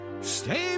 Stay